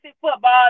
football